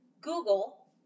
Google